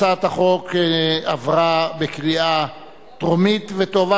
הצעת החוק עברה בקריאה טרומית ותועבר